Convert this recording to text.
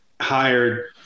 hired